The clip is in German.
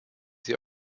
sie